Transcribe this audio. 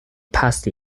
past